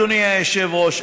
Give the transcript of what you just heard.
אדוני היושב-ראש,